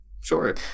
Sure